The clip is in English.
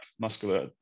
muscular